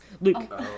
Luke